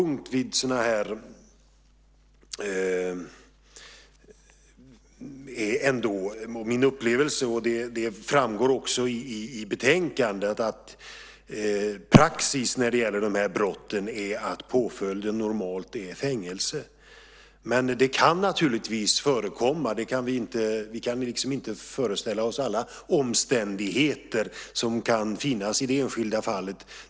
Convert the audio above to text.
Praxis när det gäller sådana här brott - det framgår också av betänkandet - är att påföljden normalt är fängelse. Men vi kan inte alltid föreställa oss alla omständigheter i det enskilda fallet.